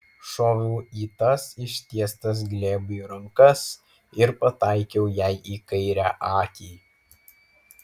šoviau į tas ištiestas glėbiui rankas ir pataikiau jai į kairę akį